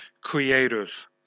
creators